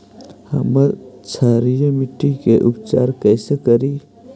हम क्षारीय मिट्टी के उपचार कैसे करी?